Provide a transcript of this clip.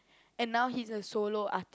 and now he's a solo art~